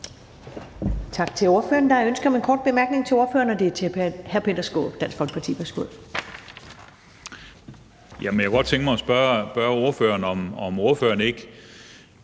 Tak til ordføreren. Der er ønske om en kort bemærkning til ordføreren, og det er fra hr. Peter Skaarup, Dansk Folkeparti.